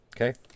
Okay